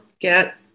get